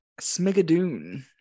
Smigadoon